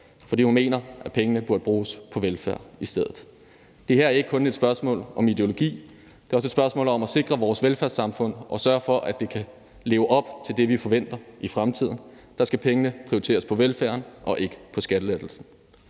fordi hun mener, at pengene burde bruges på velfærd i stedet. Det her er ikke kun et spørgsmål om ideologi. Det er også et spørgsmål om at sikre vores velfærdssamfund og sørge for, at det kan leve op til det, vi forventer i fremtiden. Der skal velfærden og ikke skattelettelser